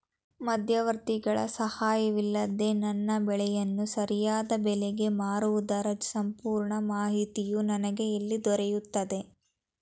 ಮಧ್ಯವರ್ತಿಗಳ ಸಹಾಯವಿಲ್ಲದೆ ನನ್ನ ಬೆಳೆಗಳನ್ನು ಸರಿಯಾದ ಬೆಲೆಗೆ ಮಾರುವುದರ ಸಂಪೂರ್ಣ ಮಾಹಿತಿಯು ನನಗೆ ಎಲ್ಲಿ ದೊರೆಯುತ್ತದೆ?